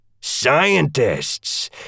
Scientists